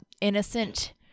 innocent